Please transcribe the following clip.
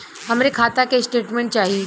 हमरे खाता के स्टेटमेंट चाही?